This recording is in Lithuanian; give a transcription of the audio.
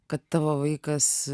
kad tavo vaikas